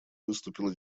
выступила